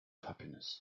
happiness